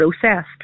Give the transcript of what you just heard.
processed